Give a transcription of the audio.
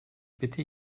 bitte